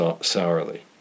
sourly